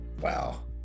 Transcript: Wow